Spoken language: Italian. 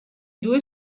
due